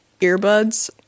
earbuds